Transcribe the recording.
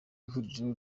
ihuriro